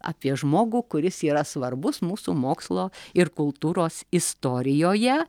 apie žmogų kuris yra svarbus mūsų mokslo ir kultūros istorijoje